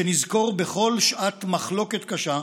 שנזכור בכל שעת מחלוקת קשה,